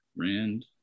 Rand